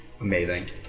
Amazing